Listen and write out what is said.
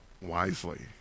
wisely